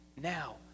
now